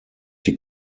die